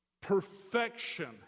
perfection